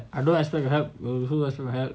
I don't expect help or who expect to help